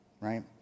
right